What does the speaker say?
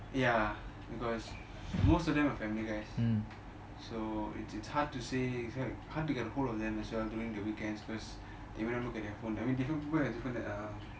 ya because most of them are family guys so it's it's hard to say hard to get hold of them as well during the weekends because they don't wanna look at their phone I mean different people have different um